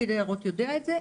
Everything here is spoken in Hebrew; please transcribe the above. פקיד היערות יודע את זה,